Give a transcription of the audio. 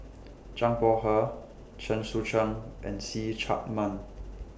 Zhang Bohe Chen Sucheng and See Chak Mun